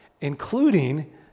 including